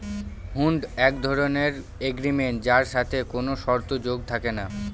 হুন্ড এক ধরনের এগ্রিমেন্ট যার সাথে কোনো শর্ত যোগ থাকে না